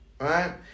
right